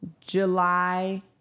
July